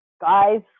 Guys